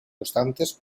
constantes